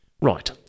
Right